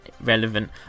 relevant